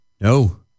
No